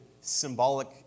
symbolic